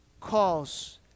calls